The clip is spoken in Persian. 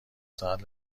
ساعت